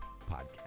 podcast